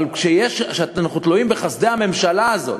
אבל כשאנחנו תלויים בחסדי הממשלה הזאת,